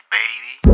baby